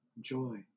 joy